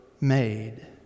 made